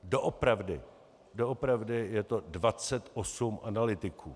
Doopravdy, doopravdy je to 28 analytiků.